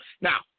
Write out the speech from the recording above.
Now